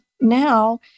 now